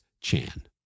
Chan